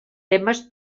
temes